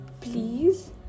please